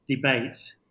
debate